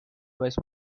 vice